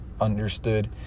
understood